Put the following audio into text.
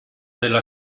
della